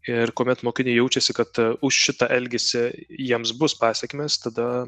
ir kuomet mokiniai jaučiasi kad už šitą elgesį jiems bus pasekmės tada